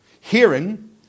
Hearing